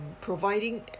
providing